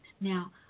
Now